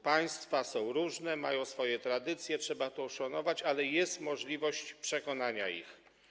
Państwa są różne, mają swoje tradycje, trzeba to uszanować, ale jest możliwość przekonania ich.